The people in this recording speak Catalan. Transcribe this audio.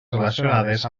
relacionades